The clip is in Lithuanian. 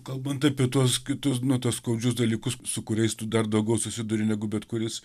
kalbant apie tuos kitus nu tuos skaudžius dalykus su kuriais tu dar daugiau susiduri negu bet kuris